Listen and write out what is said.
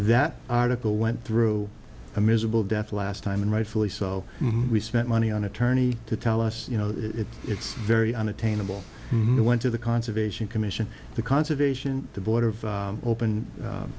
that article went through a miserable death last time and rightfully so we spent money on attorney to tell us you know it's very unattainable and went to the conservation commission the conservation the board of open